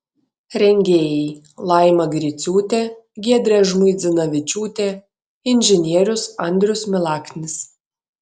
rengėjai laima griciūtė giedrė žmuidzinavičiūtė inžinierius andrius milaknis